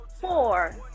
four